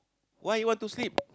why you want to sleep